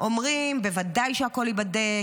אומרים: בוודאי שהכול ייבדק,